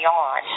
on